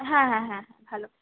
হ্যাঁ হ্যাঁ হ্যাঁ হ্যাঁ ভালো